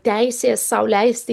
teisės sau leisti